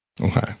Okay